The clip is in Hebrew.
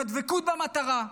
עם הדבקות במטרה,